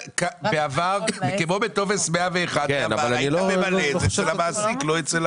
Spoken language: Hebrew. בעבר, כמו בטופס 101, אתה ממלא את זה אצל המעסיק.